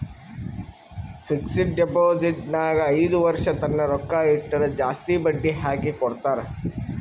fixed deposit ನಾಗ್ ಐಯ್ದ ವರ್ಷ ತನ್ನ ರೊಕ್ಕಾ ಇಟ್ಟುರ್ ಜಾಸ್ತಿ ಬಡ್ಡಿ ಹಾಕಿ ಕೊಡ್ತಾರ್